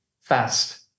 fast